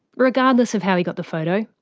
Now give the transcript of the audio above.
regardless of how he got the photo,